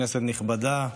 כנסת נכבדה,